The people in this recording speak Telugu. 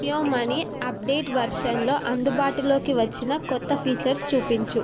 జియో మనీ అప్డేట్ వెర్షన్లో అందుబాటులోకి వచ్చిన కొత్త ఫీచర్స్ చూపించు